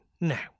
Now